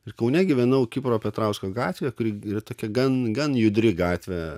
ir kaune gyvenau kipro petrausko gatvėje kuri yra tokia gan gan judri gatvė